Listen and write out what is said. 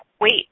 wait